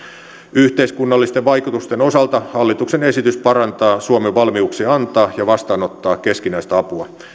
yhteiskunnallisten vaikutusten osalta hallituksen esitys parantaa suomen valmiuksia antaa ja vastaanottaa keskinäistä apua